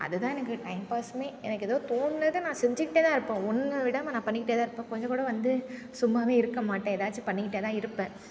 அதுதான் எனக்கு டைம் பாஸ்மே எனக்கு எதோ தோணுனதை நான் செஞ்சிக்கிட்டேதான் இருப்பேன் ஒன்னுவிடாமல் நான் பண்ணிக்கிட்டேதான் இருப்பேன் கொஞ்சங்கூட வந்து சும்மாவே இருக்கமாட்டேன் எதாச்சும் பண்ணிக்கிட்டேதான் இருப்பேன்